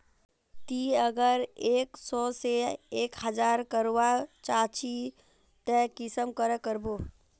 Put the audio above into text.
ती अगर एक सो से एक हजार करवा चाँ चची ते कुंसम करे करबो?